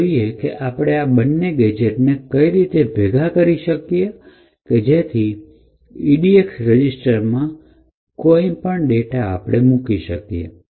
ચાલો જોઈએ કે આપણે આ બંને ગેજેટ ને કઈ રીતે ભેગા કરી શકીએ કે જેથી આપણે edx રજીસ્ટરમાં કંઈ પણ ડેટા મૂકી શકીએ